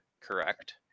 Correct